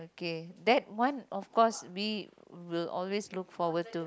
okay that one of course we will always look forward to